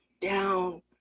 down